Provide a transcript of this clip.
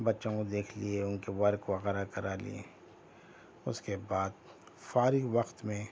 بچوں کو دیکھ لئے ان کے ورک وغیرہ کرا لئے اس کے بعد فارغ وقت میں